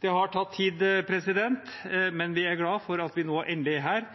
Det har tatt tid, men vi er glad for at vi nå endelig er her